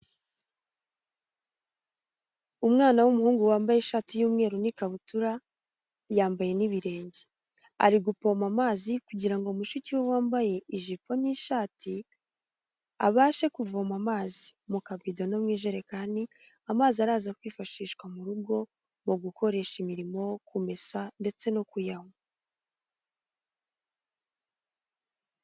Umwana w'umuhungu wambaye ishati y'umweru n'ikabutura yambaye n'ibirenge ari guppoma amazi kugira ngo mushiki we wambaye ijipo n'ishati abashe kuvoma amazi kabyijya no mu ijerekani amazi araza kwifashishwa mu rugo mu gukoresha imirimo kumesa ndetse no kuyanywa.